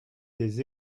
des